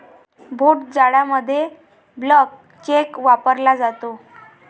भोट जाडामध्ये blank cheque वापरला जातो